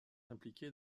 impliqué